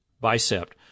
bicep